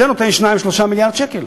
זה נותן 2 3 מיליארד שקל.